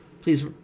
please